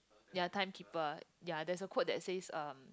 ya time keeper ya there's a quote that says um